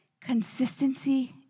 Consistency